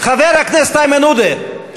חבר הכנסת איימן עודה,